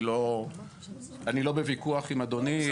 אני לא בוויכוח עם אדוני.